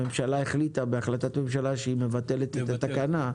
הממשלה החליטה בהחלטת ממשלה, שהיא מבטלת את התקנה,